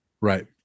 Right